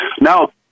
Now